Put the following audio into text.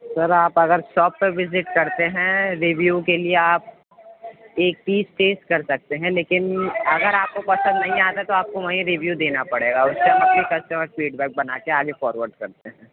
سر آپ اگر شاپ پہ وزٹ کرتے ہیں ریویو کے لیے آپ ایک پیس ٹیسٹ کر سکتے ہیں لیکن اگر آپ کو پسند نہیں آتا تو آپ کو وہیں ریویو دینا پڑے گا اور فیڈ بیک بنا کے آگے فارورڈ کرتے ہیں